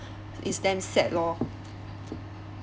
it's damn sad lor